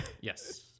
Yes